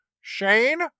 Shane